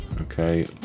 Okay